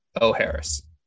o'harris